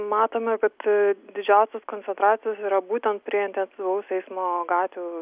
matome kad didžiausios koncentracijos yra būtent prie intensyvaus eismo gatvių